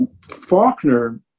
Faulkner